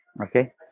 Okay